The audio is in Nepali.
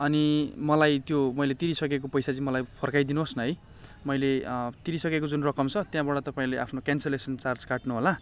अनि मलाई त्यो मैले तिरिसकेको पैसा चाहिँ मलाई फर्काइदिनु होस् न है मैले तिरिसकेको जुन रकम छ त्यहाँबाट तपाईँले आफ्नो क्यान्सलेसन चार्ज काट्नु होला